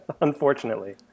unfortunately